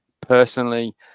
personally